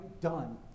done